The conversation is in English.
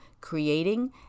creating